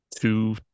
two